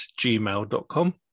gmail.com